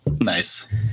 Nice